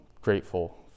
grateful